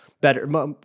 better